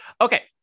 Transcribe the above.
Okay